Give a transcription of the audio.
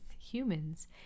humans